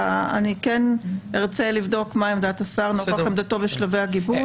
אני כן ארצה לבדוק מה עמדת השר נוכח עמדתו בשלבי הגיבוש.